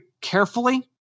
carefully